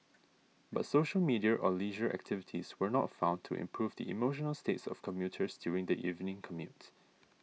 but social media or leisure activities were not found to improve the emotional states of commuters during the evening commute